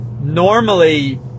normally